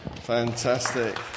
Fantastic